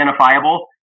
identifiable